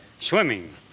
swimming